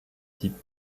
type